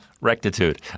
rectitude